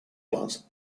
plants